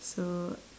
so